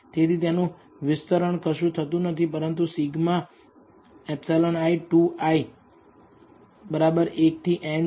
તેથી તેનું વિસ્તરણ કશું નથી પરંતુ σ ε i2i 1 થી n છે